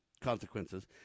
consequences